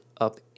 up